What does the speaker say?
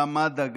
מד"א,